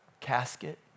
casket